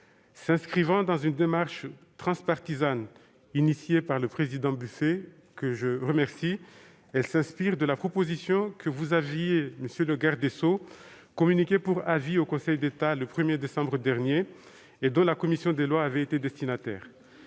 S'inscrivant dans une démarche transpartisane initiée par le président Buffet, que je remercie, elle s'inspire de la proposition que vous aviez, monsieur le garde des sceaux, communiquée pour avis au Conseil d'État le 1 décembre dernier et dont la commission des lois avait été destinataire.